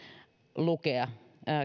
lukea